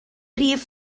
rif